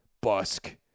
busk